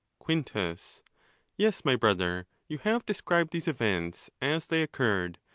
quintus yes, my brother, you have described these events as they occurred,